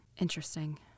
interesting